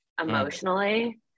emotionally